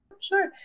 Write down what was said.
Sure